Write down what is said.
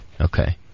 Okay